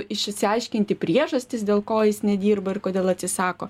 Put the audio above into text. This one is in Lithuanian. išsiaiškinti priežastis dėl ko jis nedirba ir kodėl atsisako